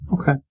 Okay